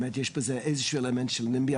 באמת יש בזה איזה שהוא אלמנט שמימי,